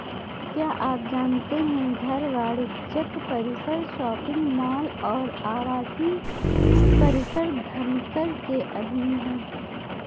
क्या आप जानते है घर, वाणिज्यिक परिसर, शॉपिंग मॉल और आवासीय परिसर धनकर के अधीन हैं?